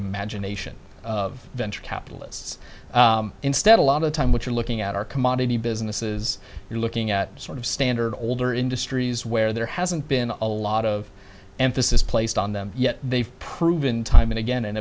imagination of venture capitalists instead a lot of time what you're looking at are commodity businesses you're looking at sort of standard older industries where there hasn't been a lot of emphasis placed on them yet they've proven time and again an